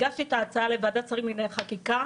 הגשתי את ההצעה לוועדת שרים לענייני חקיקה.